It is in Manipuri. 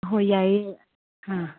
ꯍꯣꯏ ꯌꯥꯏꯌꯦ ꯑꯥ